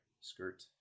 skirt